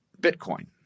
Bitcoin